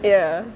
ya